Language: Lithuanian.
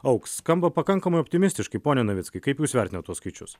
augs skamba pakankamai optimistiškai pone navickai kaip jūs vertinat tuos skaičius